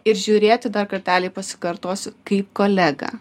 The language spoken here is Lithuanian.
ir žiūrėti dar kartelį pasikartosiu kaip kolegą